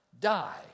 die